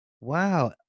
Wow